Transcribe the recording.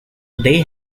they